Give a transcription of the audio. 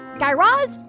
guy raz,